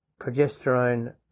Progesterone